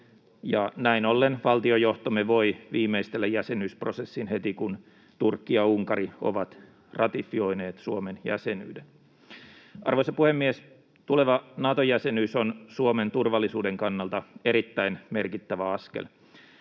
näin ollen valtiojohtomme voi viimeistellä jäsenyysprosessin heti, kun Turkki ja Unkari ovat ratifioineet Suomen jäsenyyden. Arvoisa puhemies! Tuleva Nato-jäsenyys on Suomen turvallisuuden kannalta erittäin merkittävä askel.